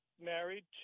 married